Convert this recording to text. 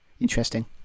interesting